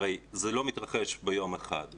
זה לא מתרחש ביום אחד,